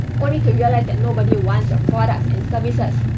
only to realise that nobody wants your products and services.